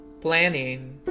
Planning